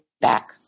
back